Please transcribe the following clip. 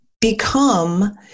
become